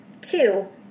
two